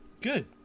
Good